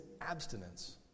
abstinence